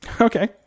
Okay